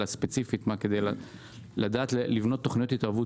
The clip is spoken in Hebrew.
אלא ספציפית כדי לבנות תוכניות התערבות